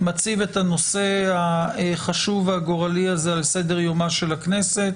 מציב את הנושא החשוב והגורלי הזה על סדר-יומה של הכנסת